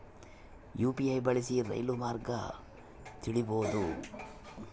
UPI ಬಳಸಿ ರೈಲು ಮಾರ್ಗ ತಿಳೇಬೋದ?